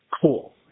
cool